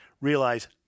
realize